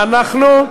ואנחנו,